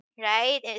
right